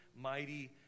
mighty